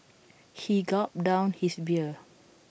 he gulped down his beer